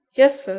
yes, sir,